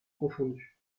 confondues